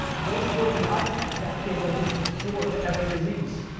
they throw the ipad at that kid like it's the cure to every disease.